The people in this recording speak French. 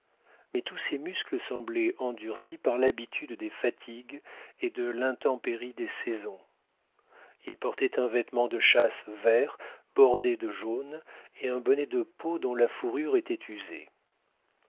mais tous ses muscles semblaient endurcis par l'habitude des fatigues et de l'intempérie des saisons il portait un vêtement de chasse vert bordé de jaune et un bonnet de peau dont la fourrure était usée